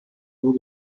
nur